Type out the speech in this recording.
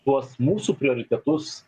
tuos mūsų prioritetus